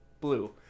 blue